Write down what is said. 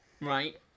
right